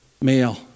male